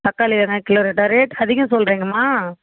தக்காளி என்ன கிலோ ரேட்டாக ரேட் அதிகம் சொல்லுறீங்களேம்மா